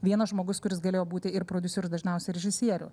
vienas žmogus kuris galėjo būti ir prodiuseriu dažniausia ir režisieriu